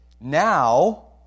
Now